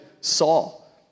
Saul